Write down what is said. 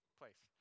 place